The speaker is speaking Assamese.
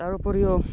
তাৰ উপৰিও